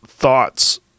thoughts